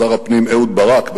שר הפנים אהוד ברק,